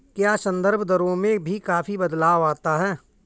क्या संदर्भ दरों में भी काफी बदलाव आता है?